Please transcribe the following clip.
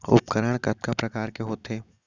उपकरण कतका प्रकार के होथे?